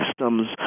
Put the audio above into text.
systems